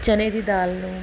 ਚਣੇ ਦੀ ਦਾਲ ਨੂੰ